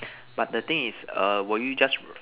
but the thing is err will you just